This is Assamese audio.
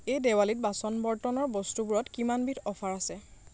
এই দেৱালীত বাচন বৰ্তনৰ বস্তুবোৰত কিমানবিধ অফাৰ আছে